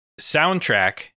soundtrack